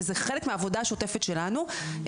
וזה חלק מהעבודה השותפת שלנו,